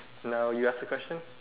now you ask the question